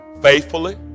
faithfully